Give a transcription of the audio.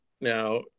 now